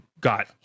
got